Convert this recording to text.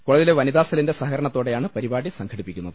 കോളേജിലെ വനിതാ സെല്ലിന്റെ സഹകരണത്തോടെയാണ് പരിപാടി സംഘടിപ്പിക്കുന്നത്